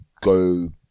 go